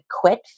quit